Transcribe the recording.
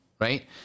right